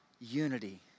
unity